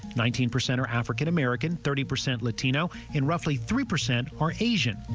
nineteen percent are african-american. thirty percent latino and roughly three percent are asian.